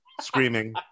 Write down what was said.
screaming